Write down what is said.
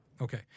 Okay